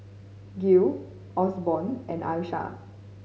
Gil Osborn and Alysha